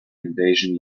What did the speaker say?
invasion